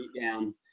down